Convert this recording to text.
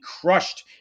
crushed